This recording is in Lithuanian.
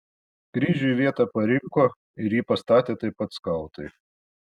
kryžiui vietą parinko ir jį pastatė taip pat skautai